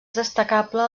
destacable